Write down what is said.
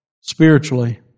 spiritually